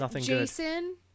Jason